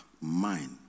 mind